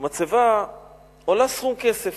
מצבה עולה סכום כסף.